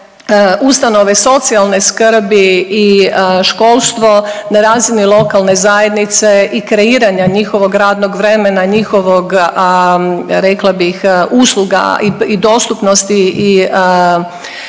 ustanove socijalne skrbi i školstvo na razini lokalne zajednice i kreiranja njihovog radnog vremena, njihovog, rekla bih, usluga i dostupnosti i primjenjivosti